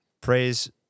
Praise